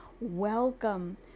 welcome